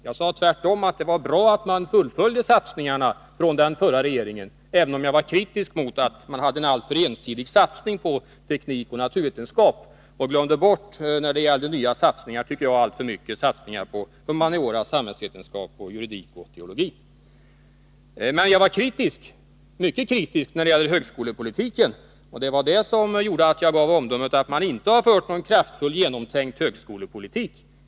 Jag sade tvärtom att det var bra att man fullföljde satsningarna från den förra regeringen, även om jag var kritisk mot att man hade en alltför ensidig satsning på teknik och naturvetenskap och alltför mycket glömde bort nya satsningar på humaniora, samhällsvetenskap, juridik och teologi. Men jag var mycket kritisk när det gällde högskolepolitiken. Det var det som gjorde att jag gav omdömet att regeringen inte har fört någon kraftfull, genomtänkt högskolepolitik.